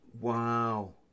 wow